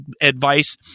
advice